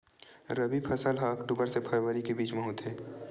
रबी फसल हा अक्टूबर से फ़रवरी के बिच में होथे